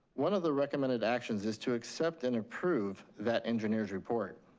one of the recommended actions is to accept and approve that engineer's report.